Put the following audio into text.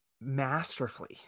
masterfully